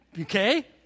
Okay